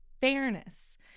Fairness